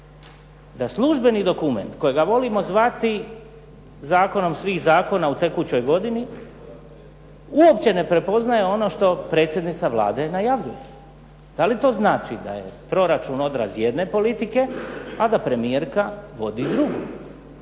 Da službeni dokument kojega volimo zvati zakonom svih zakona u tekućoj godini uopće ne prepoznaje ono što predsjednica Vlade najavljuje. Da li to znači da je proračun odraz jedne politike, a da premijerka vodi drugu?